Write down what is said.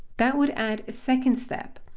that would add a second step.